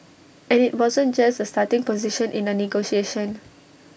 and IT wasn't just A starting position in A negotiation